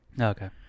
okay